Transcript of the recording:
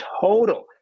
total